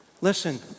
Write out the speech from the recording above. Listen